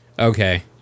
Okay